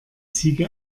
ziege